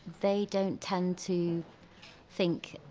they don't tend to think,